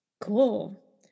Cool